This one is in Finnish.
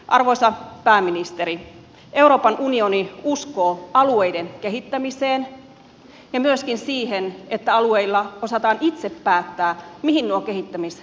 arvoisa pääministeri euroopan unioni uskoo alueiden kehittämiseen ja myöskin siihen että alueilla osataan itse päättää mihin nuo kehittämisvarat käytetään